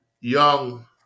young